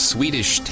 Swedish